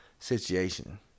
situation